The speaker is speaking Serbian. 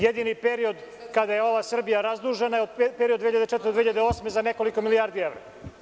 Jedini period kada je ova Srbija razdužena je period od 2004. do 2008. godine za nekoliko milijardi evra.